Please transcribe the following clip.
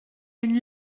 une